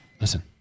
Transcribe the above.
Listen